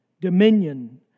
dominion